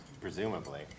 Presumably